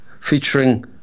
featuring